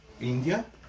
India